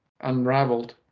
unraveled